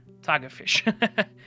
tigerfish